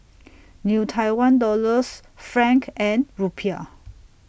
New Tiwan Dollars Franc and Rupiah